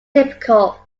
typical